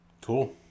Cool